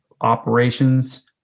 operations